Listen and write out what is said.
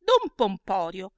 don pomporio